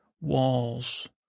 walls